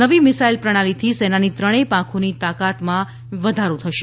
નવી મિસાઇલ પ્રણાલીથી સેનાની ત્રણેય પાંખોની તાકાતમાં વધારો થશે